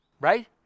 Right